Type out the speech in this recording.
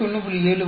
61 71